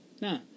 Nah